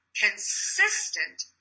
consistent